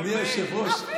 אדוני היושב-ראש,